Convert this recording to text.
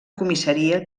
comissaria